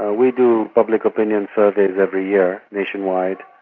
ah we do public opinion surveys every year, nationwide,